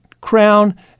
crown